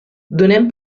donem